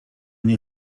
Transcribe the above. nie